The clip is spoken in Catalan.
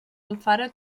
alfara